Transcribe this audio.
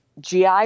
GI